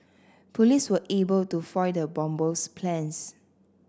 police were able to foil the bomber's plans